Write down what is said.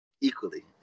equally